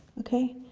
okay?